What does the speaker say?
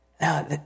Now